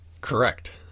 Correct